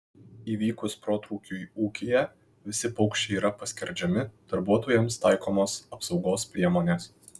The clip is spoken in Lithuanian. įvykus protrūkiui ūkyje visi paukščiai yra paskerdžiami darbuotojams taikomos apsaugos priemonės